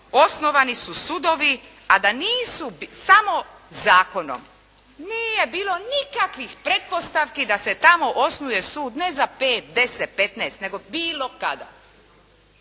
osnovani su sudovi, a da nisu samo zakonom. Nije bilo nikakvih pretpostavki da se tamo osnuje sud ne za 5, 10, 15 nego bilo kada.